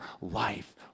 life